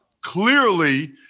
Clearly